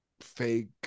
fake